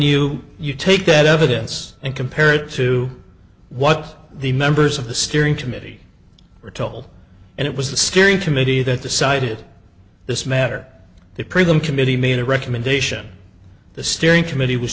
you you take that evidence and compare it to what the members of the steering committee were told and it was the steering committee that decided this matter to prove them committee made a recommendation the steering committee was